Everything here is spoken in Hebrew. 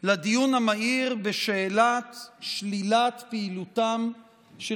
לדיון המהיר בשאלת שלילת פעילותם של